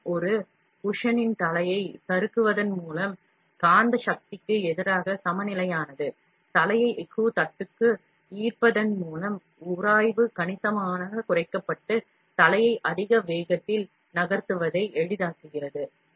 காற்றின் ஒரு குஷனின் தலையை சறுக்குவதன் மூலம் காந்த சக்திக்கு எதிராக சமநிலையானது தலையை எஃகு தட்டுக்கு ஈர்ப்பதன் மூலம் உராய்வு கணிசமாகக் குறைக்கப்பட்டு head யை அதிக வேகத்தில் நகர்த்துவதை எளிதாக்குகிறது